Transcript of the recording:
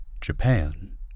Japan